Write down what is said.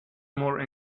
more